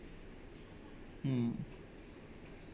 mm